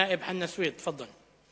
אל-נאאב חנא סוייד, תפאדל.